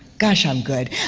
gosh, i'm good.